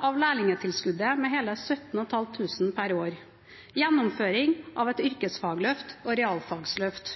av lærlingtilskuddet med hele 17 500 kr per år, gjennomføring av et yrkesfagløft og et realfagsløft,